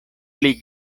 pli